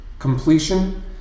completion